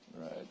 Right